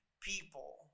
people